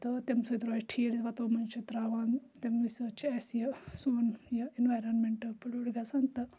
تہٕ تمہِ سۭتۍ روزِ ٹھیٖک وَتو منٛزۍ چھِ تراوان تموے سۭتۍ چھِ اَسہِ یہِ سون یہِ اٮ۪نوارَمٮ۪نٛٹ پٔلوٗٹ گَژھان تہٕ